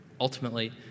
Ultimately